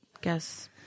guess